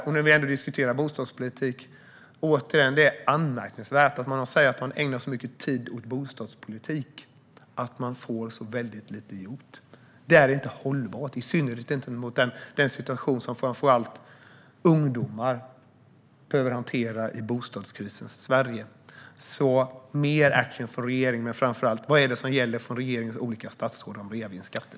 Nu när vi ändå diskuterar bostadspolitiken vill jag återigen säga att det är anmärkningsvärt att ägna så mycket tid åt bostadspolitik och få så väldigt lite gjort. Det är inte hållbart, i synnerhet inte mot bakgrund av den situation som framför allt ungdomar behöver hantera i bostadskrisens Sverige. Jag vill alltså ha mer action från regeringen, och framför allt vill jag veta vilket av beskeden om reavinstskatten från regeringens olika statsråd som gäller.